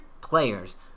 players